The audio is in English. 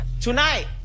tonight